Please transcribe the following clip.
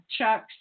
Chuck